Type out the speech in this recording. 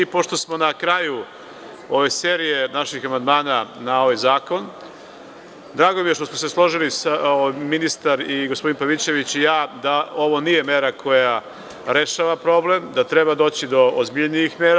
Pošto smo na kraju ove serije naših amandmana na ovaj zakon, drago mi je što smo se složili ministar i gospodin Pavićević i ja da ovo nije mera koja rešava problem, da treba doći do ozbiljnih mera.